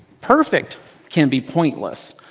perfect can be pointless.